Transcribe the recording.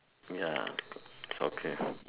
ya okay